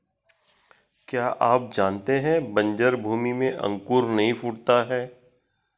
क्या आप जानते है बन्जर भूमि में अंकुर नहीं फूटता है?